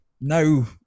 No